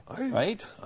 right